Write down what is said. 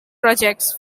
projects